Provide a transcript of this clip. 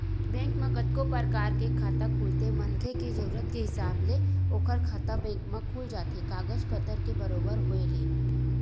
bank म कतको परकार के खाता खुलथे मनखे के जरुरत के हिसाब ले ओखर खाता बेंक म खुल जाथे कागज पतर के बरोबर होय ले